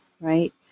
right